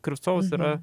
kryvcovas yra